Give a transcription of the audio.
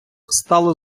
стало